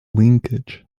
linkage